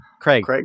Craig